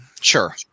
Sure